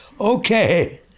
Okay